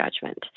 judgment